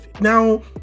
now